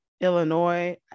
illinois